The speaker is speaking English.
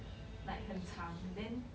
like 很长 then